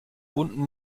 bunten